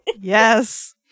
yes